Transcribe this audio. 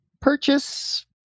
purchase